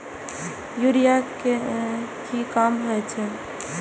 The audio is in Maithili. यूरिया के की काम होई छै?